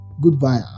goodbye